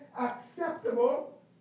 acceptable